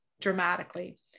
dramatically